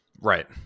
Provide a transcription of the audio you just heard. right